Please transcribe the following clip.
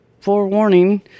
forewarning